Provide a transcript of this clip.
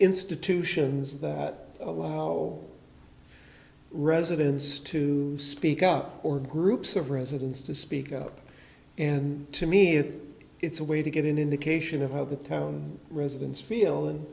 institutions that allow residents to speak up or groups of residents to speak up and to me it's a way to get an indication of how the town residents feel and